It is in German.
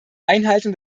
einhaltung